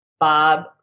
Bob